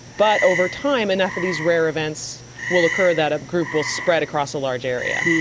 but over time enough of these rare events will occur that a group will spread across a large area.